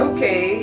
Okay